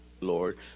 Lord